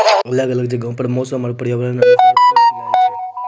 अलग अलग जगहो पर मौसम आरु पर्यावरण क अनुसार फूल खिलए छै